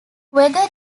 whether